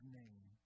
name